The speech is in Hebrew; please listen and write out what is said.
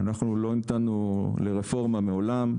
אנחנו לא המתנו לרפורמה מעולם,